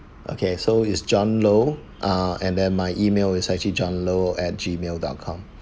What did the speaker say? okay so is john low ah and then my email is actually john low at Gmail dot com